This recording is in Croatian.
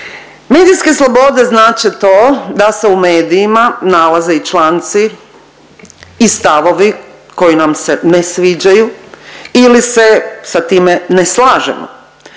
Medijske slobode znače to da se u medijima nalaze i članci i stavovi koji nam se ne sviđaju ili se sa time ne slažemo.